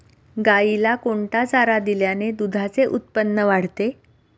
गाईला कोणता चारा दिल्याने दुधाचे उत्पन्न वाढते?